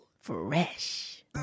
Fresh